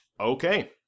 okay